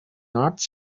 north